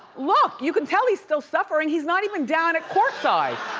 look, you can tell he's still suffering. he's not even down at court side.